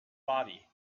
body